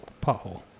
Pothole